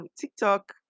TikTok